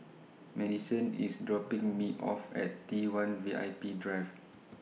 Madisen IS dropping Me off At T one V I P Drive